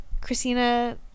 Christina